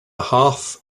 half